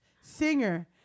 singer